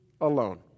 alone